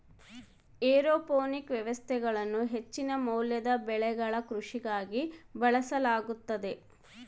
aeroponic ವ್ಯವಸ್ಥೆಗಳನ್ನು ಹೆಚ್ಚಿನ ಮೌಲ್ಯದ ಬೆಳೆಗಳ ಕೃಷಿಗಾಗಿ ಬಳಸಲಾಗುತದ